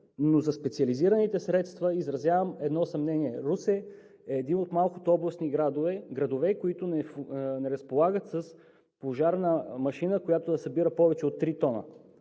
но за специализираните средства изразявам едно съмнение. Русе е един от малкото областни градове, които не разполагат с пожарна машина, която да събира повече от три тона